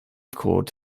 court